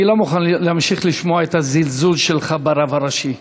אני לא מוכן להמשיך לשמוע את הזלזול שלך ברב הראשי.